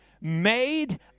made